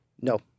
No